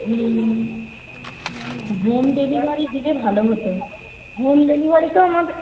হম home delivery দিলে ভালো হত হোম ডেলিভারি তো আমাদের